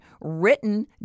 written